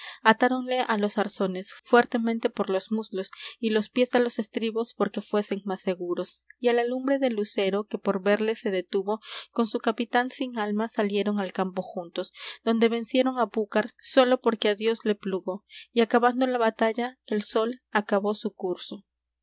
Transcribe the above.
atáronle á los arzones fuertemente por los muslos y los piés á los estribos porque fuesen más seguros y á la lumbre del lucero que por verle se detuvo con su capitán sin alma salieron al campo juntos donde vencieron á búcar sólo porque á dios le plugo y acabando la batalla el sol acabó su curso